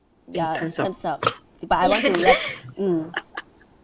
ya time's up but I want to wrap mm